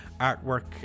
artwork